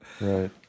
Right